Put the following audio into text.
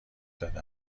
داده